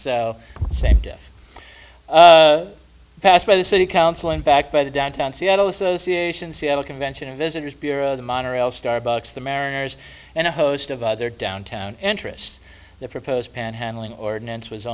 so same death passed by the city council and backed by the downtown seattle association seattle convention and visitors bureau the monorail starbucks the mariners and a host of other downtown interests the proposed panhandling ordinance was